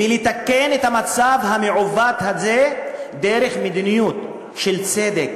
לתקן את המצב המעוות הזה דרך מדיניות של צדק